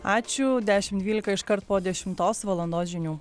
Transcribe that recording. ačiū dešim dvylika iškart po dešimtos valandos žinių